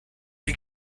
les